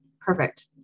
Perfect